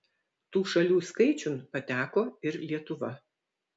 tų šalių skaičiun pateko ir lietuva